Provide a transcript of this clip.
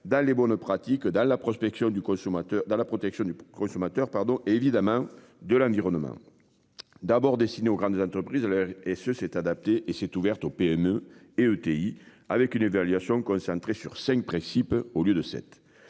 du consommateur dans la protection du consommateur pardon et évidemment de l'environnement. D'abord destiné aux grandes entreprises, l'air et ce s'est adapté et s'est ouverte aux PME et ETI avec une évaluation. Sur 5 principes au lieu de sept.